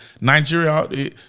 Nigeria